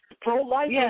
Pro-life